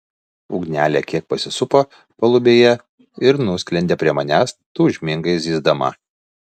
ugnelė kiek pasisupo palubėje ir nusklendė prie manęs tūžmingai zyzdama